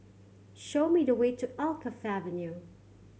show me the way to Alkaff Avenue